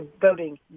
voting